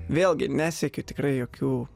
vėlgi nesiekiu tikrai jokių